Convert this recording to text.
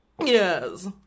Yes